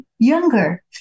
younger